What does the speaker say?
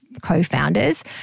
co-founders